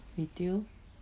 retail